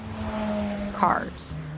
Cars